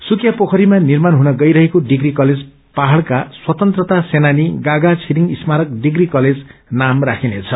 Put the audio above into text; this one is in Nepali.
सुकियापोखरीमा निर्माण हून गई रहेको डिग्री कलेज पहाइका स्वतंत्रता सेनानी गागा छिरिंग स्मारक डिग्री कलेज नाम राखिने छ